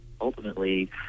ultimately